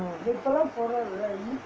mm